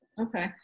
Okay